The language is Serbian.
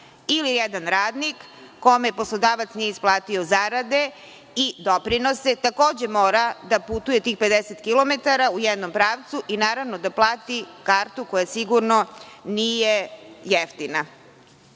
Ili, jedan radnik, kome poslodavac nije isplatio zarade i doprinose, takođe mora da putuje tih 50 kilometara u jednom pravcu i, naravno, da plati kartu koja sigurno nije jeftina. Zato